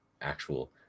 actual